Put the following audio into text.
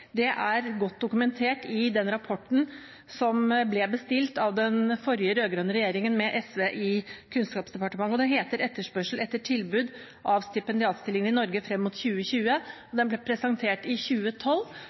stipendiatstillinger, er godt dokumentert i den rapporten som ble bestilt av den forrige, rød-grønne regjeringen med SV i Kunnskapsdepartementet. Den heter Etterspørsel etter og tilbud av stipendiatstillinger i Norge frem mot 2020, og den ble presentert i 2012.